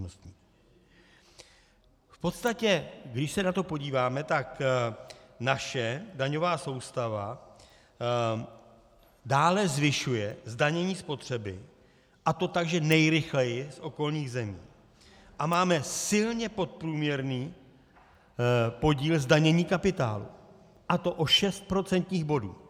V podstatě když se na to podíváme, tak naše daňová soustava dále zvyšuje zdanění spotřeby, a to tak, že nejrychleji z okolních zemí, a máme silně podprůměrný podíl zdanění kapitálu, a to o 6 procentních bodů.